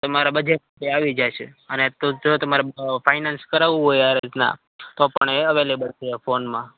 તમારા બજેટથી આવી જાશે અને જો તમારે ફાઇનાન્સ કરાવવું હોય આ રીતના તો પણ એ અવેલેબલ છે ફોનમાં